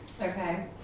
Okay